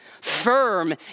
Firm